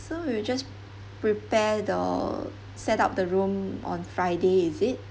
so we'll just prepare the set up the room on friday is it